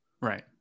right